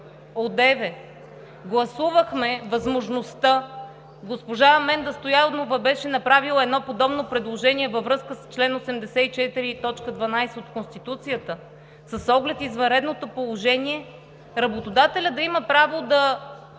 малко гласувахме възможността – госпожа Менда Стоянова беше направила едно подобно предложение във връзка с чл. 84, т. 12 от Конституцията с оглед извънредното положение, работодателят да има право да